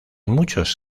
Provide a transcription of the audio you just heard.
muchos